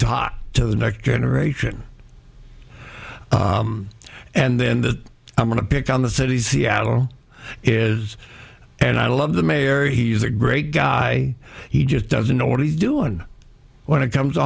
dot to the next generation and then the i'm going to pick on the cities seattle is and i love the mayor he is a great guy he just doesn't know what he's doing when it comes to